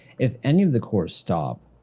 if any of the core stop,